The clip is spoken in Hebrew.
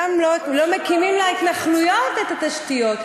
ואנחנו גם לא מקימים להתנחלויות את התשתיות,